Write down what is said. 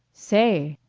say!